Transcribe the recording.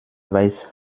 weiß